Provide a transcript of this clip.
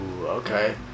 Okay